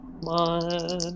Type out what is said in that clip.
One